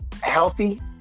Healthy